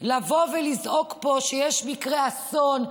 לבוא ולזעוק פה שיש מקרה אסון,